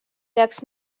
peaks